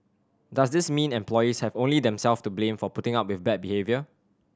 does this mean employees have only themselves to blame for putting up with bad behaviour